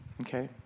Okay